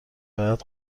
باید